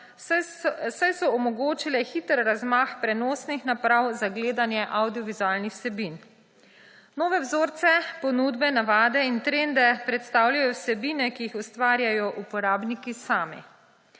saj so omogočile hiter razmah prenosnih naprav za gledanje avdiovizualnih vsebin. Nove vzorce, ponudbe, navade in trende predstavljajo vsebine, ki jih ustvarjajo uporabniki sami.